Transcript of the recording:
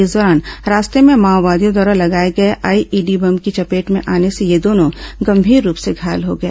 इस दौरान रास्ते में माओवादियों द्वारा लगाए गए आईईडी बम की चपेट में आने से ये दोनों गॅमीर रूप से घायल हो गए